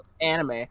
anime